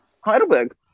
Heidelberg